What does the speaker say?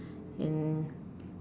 and